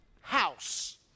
house